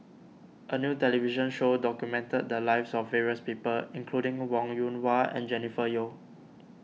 a new television show documented the lives of various people including Wong Yoon Wah and Jennifer Yeo